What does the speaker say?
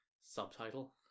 subtitle